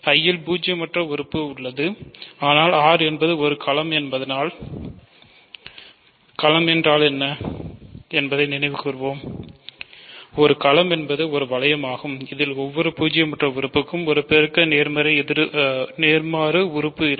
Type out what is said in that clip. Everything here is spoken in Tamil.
I இல் பூஜ்ஜியமற்ற உறுப்பு உள்ளது ஆனால் R என்பது ஒரு களம் என்பது ஒரு வளையமாகும் இதில் ஒவ்வொரு பூஜ்ஜியமற்ற உறுப்புக்கும் ஒரு பெருக்க நேர்மாறு உறுப்பு உள்ளது